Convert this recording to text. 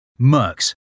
Mercs